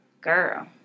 Girl